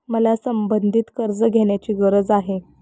मला संबंधित कर्ज घेण्याची गरज आहे